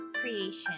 Creation